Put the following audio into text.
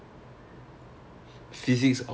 you you physics all the way ah